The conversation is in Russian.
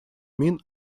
мин